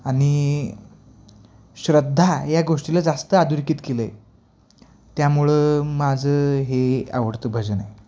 आणि श्रद्धा या गोष्टीला जास्त अधोरेखित केलं आहे त्यामुळं माझं हे आवडतं भजन आहे